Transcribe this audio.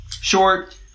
Short